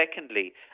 secondly